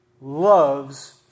loves